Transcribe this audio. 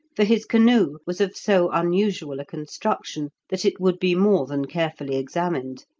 for his canoe was of so unusual a construction, that it would be more than carefully examined,